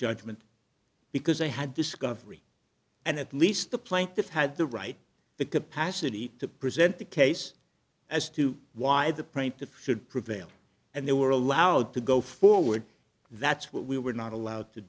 judgment because they had discovery and at least the plaintiffs had the right the capacity to present the case as to why the plaintiff should prevail and they were allowed to go forward that's what we were not allowed to